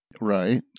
Right